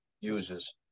uses